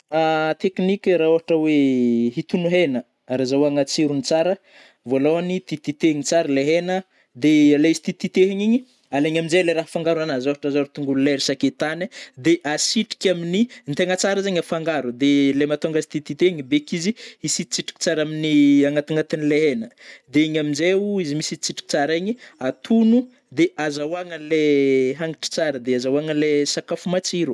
Tekniky ra ôhatra oe hitono hena ary azahoagna tsirony tsara vôlôhany, tititehigny tsara le hena de lay izy tititehina igny alaigny amnjay le raha afangaro anazy ôhatrazao ry tongolo lay, ry sakaitany, de asitrika amin'ny, gny tegna tsara zegny afangaro de le matonga azy tititehigny beky izy hisitritsitriky tsara amin'ny agnatignatinle hena de igny amnjaio izy misitrisitriky tsara igny atono de azahoagna anlai hagnitry tsara de azahoagna anle sakafo matsiro.